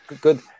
good